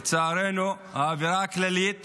לצערנו, האווירה הכללית